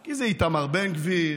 כי זה איתמר בן גביר,